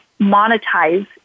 monetize